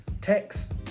Text